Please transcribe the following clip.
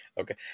Okay